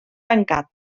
tancat